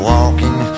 Walking